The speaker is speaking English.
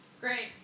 Great